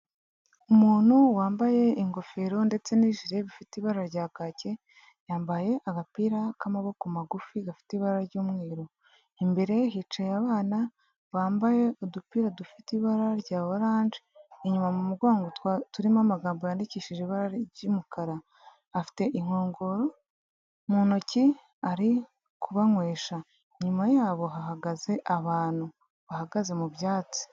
Umuntu wambaye ingofero ndetse n'ijire bifite ibara rya kake, yambaye agapira k'amaboko magufi gafite ibara ry'umweru, imbere ye hicaye abana bambaye udupira dufite ibara rya oranje, inyuma mu mugongo turimo amagambo yandikishije ibara ry'umukara. Afite inkongoro mu ntoki ari kubanywesha, inyuma yabo hahagaze abantu bahagaze mu byatsi.